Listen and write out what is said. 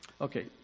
Okay